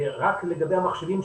רק לגבי המחשבים,